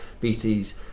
BT's